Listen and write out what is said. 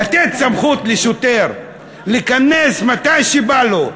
לתת סמכות לשוטר להיכנס מתי שבא לו,